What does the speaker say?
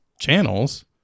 channels